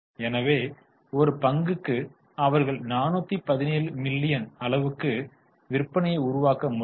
எனவே ஒரு பங்குக்கு அவர்கள் 417 மில்லியன் அளவுக்கு விற்பனையை உருவாக்க முடியும்